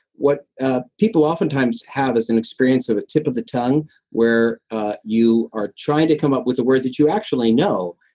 what ah people oftentimes have as an experience of a tip of the tongue where you are trying to come up with the word that you actually know.